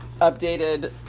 updated